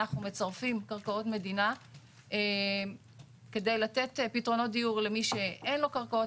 אנחנו מצרפים קרקעות מדינה כדי לתת פתרונות דיור למי שאין לו קרקעות,